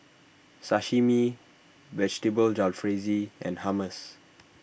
Sashimi Vegetable Jalfrezi and Hummus